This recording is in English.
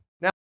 Now